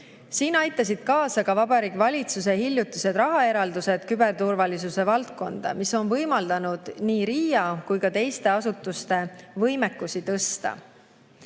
Siin aitasid kaasa ka Vabariigi Valitsuse hiljutised rahaeraldused küberturvalisuse valdkonda, mis on võimaldanud nii RIA kui ka teiste asutuste võimekust